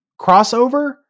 crossover